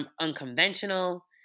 unconventional